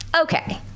okay